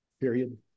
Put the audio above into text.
period